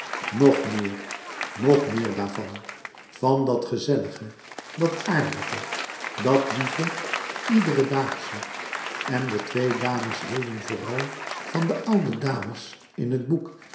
nog meer nog meer daarvan van dat gezellige dat aardige dat lieve iederen daagsche en de twee dames hielden vooral van de oude dames in het boek